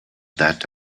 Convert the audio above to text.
that